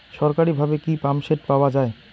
সরকারিভাবে কি পাম্পসেট পাওয়া যায়?